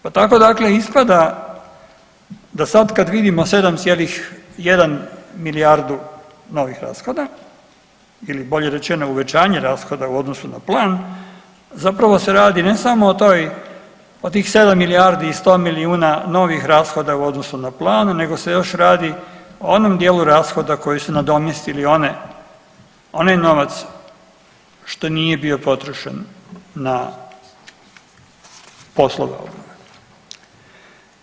Pa tako dakle ispada da sad kad vidimo 7,1 milijardu novih rashoda ili bolje rečeno uvećanje rashoda u odnosu na plan, zapravo se radi ne samo o tih 7 milijardi i 100 milijuna novih rashoda u odnosu na plan nego se još radi o onom dijelu rashoda koji su nadomjestili one onaj novac što nije bio potrošen na poslove obnove.